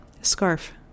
scarf